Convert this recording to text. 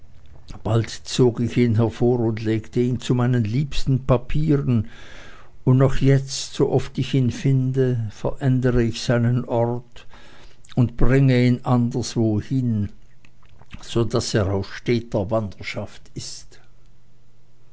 bald zog ich ihn hervor und legte ihn zu meinen liebsten papieren und noch jetzt sooft ich ihn finde verändere ich seinen ort und bringe ihn anderswohin so daß er auf steter wanderschaft ist